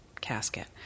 casket